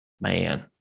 Man